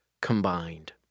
combined